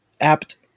apt